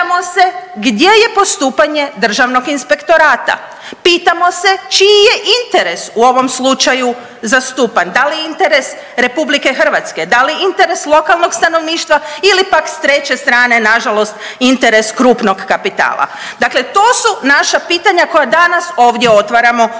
gdje je postupanje Državnog inspektorata? Pitamo se čiji je interes u ovom slučaju zastupan? Da li interes RH? Da li interes lokalnog stanovništva? Ili pak s treće strane nažalost interes krupnog kapitala? Dakle, to su naša pitanja koja danas ovdje otvaramo u ovoj